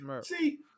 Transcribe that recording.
See